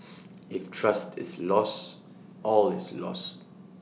if trust is lost all is lost